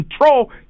control